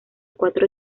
cuatro